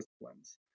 disciplines